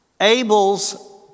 Abel's